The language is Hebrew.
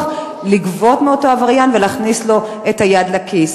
לגבות מאותו עבריין ולהכניס לו את היד לכיס.